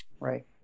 Right